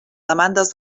demandes